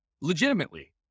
legitimately